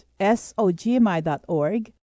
SOGMI.org